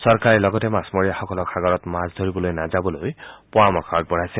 চৰকাৰে লগতে মাছমৰীয়াসকলক সাগৰত মাছ ধৰিবলৈ নাযাবলৈ পৰামৰ্শ আগবঢ়াইছে